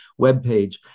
webpage